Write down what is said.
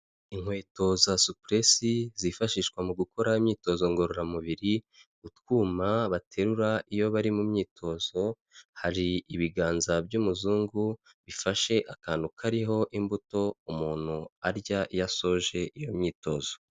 Inkweto za supuresi zifashishwa mu gukora imyitozo ngororamubiri, utwuma baterura iyo bari mu myitozo, hari ibiganza by'umuzungu bifashe akantu kariho imbuto umuntu arya iyo asoje iyo myitozo.